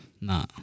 Nah